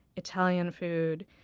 italian food.